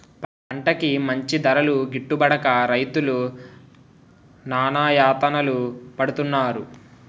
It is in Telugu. పంటకి మంచి ధరలు గిట్టుబడక రైతులు నానాయాతనలు పడుతున్నారు